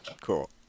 Cool